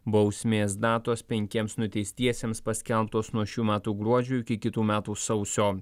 bausmės datos penkiems nuteistiesiems paskelbtos nuo šių metų gruodžio iki kitų metų sausio